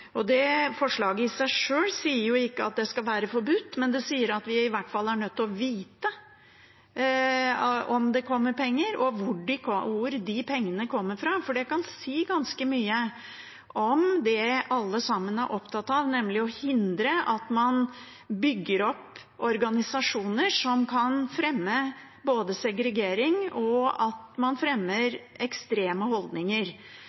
Det forslaget i seg sjøl sier jo ikke at det skal være forbudt, men det sier at vi i hvert fall er nødt til å vite om det kommer penger, og hvor de pengene kommer fra. For det kan si ganske mye om det alle sammen er opptatt av, nemlig å hindre at man bygger opp organisasjoner som kan fremme både segregering og ekstreme holdninger. Så hva er grunnen til at